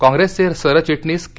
काँग्रेसचे सरचिटणीस के